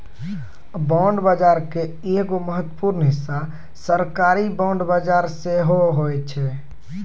bond बजारो के एगो महत्वपूर्ण हिस्सा सरकारी बांड बजार सेहो होय छै